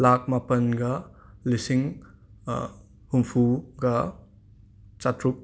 ꯂꯥꯛ ꯃꯥꯄꯟꯒ ꯂꯤꯁꯤꯡ ꯍꯨꯝꯐꯨꯒ ꯆꯥꯇ꯭ꯔꯨꯛ